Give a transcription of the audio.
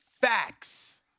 facts